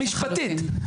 משפטית.